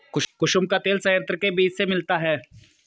कुसुम का तेल संयंत्र के बीज से मिलता है